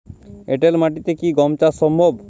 এঁটেল মাটিতে কি গম চাষ সম্ভব?